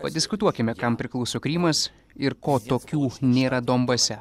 padiskutuokime kam priklauso krymas ir ko tokių nėra donbase